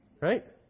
Right